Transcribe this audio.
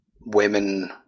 women